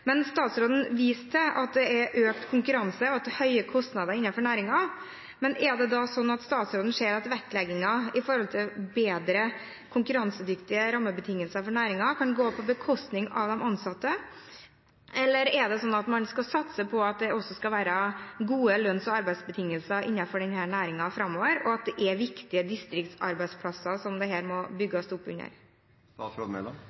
Men statsråden viste til at det er økt konkurranse, og at det er høye kostnader innenfor næringen. Ser statsråden da at vektleggingen på bedre, konkurransedyktige rammebetingelser for næringen kan gå på bekostning av de ansatte, eller skal man satse på at det også skal være gode lønns- og arbeidsbetingelser innenfor denne næringen framover, og at det er viktige distriktsarbeidsplasser som det her må bygges opp